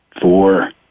four